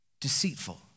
deceitful